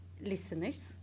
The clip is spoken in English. listeners